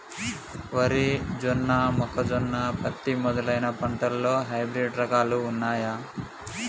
వరి జొన్న మొక్కజొన్న పత్తి మొదలైన పంటలలో హైబ్రిడ్ రకాలు ఉన్నయా?